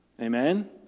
Amen